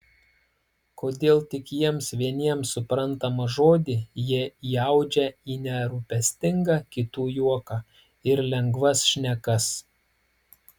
kodėl tik jiems vieniems suprantamą žodį jie įaudžia į nerūpestingą kitų juoką ir lengvas šnekas